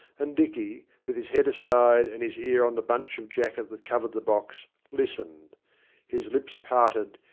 and dicky, with his head aside and his ear on the bunch of jacket that covered the box, listened his lips parted,